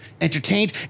entertained